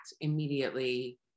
immediately